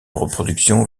reproduction